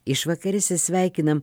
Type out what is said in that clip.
išvakarėse sveikinam